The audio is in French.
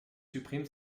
supprime